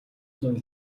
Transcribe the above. зуун